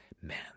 man